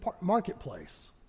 marketplace